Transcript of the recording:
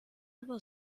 aber